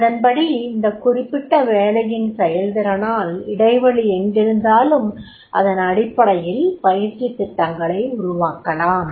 அதன்படி இந்த குறிப்பிட்ட வேலையின் செயல்திறனால் இடைவெளி எங்கிருந்தாலும் அதன் அடிப்படையில் பயிற்சி திட்டங்களை உருவாக்கலாம்